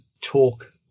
talk